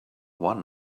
one